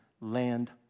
land